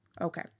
Okay